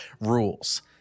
rules